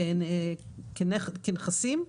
כנכסים.